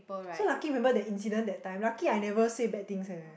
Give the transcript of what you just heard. so lucky remember that incident that time lucky I never say bad things leh